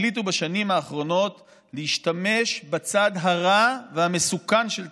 החליטו בשנים האחרונות להשתמש בצד הרע והמסוכן של תקדים.